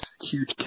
huge